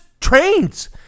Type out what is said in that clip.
trains